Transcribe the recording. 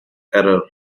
error